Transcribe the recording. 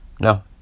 no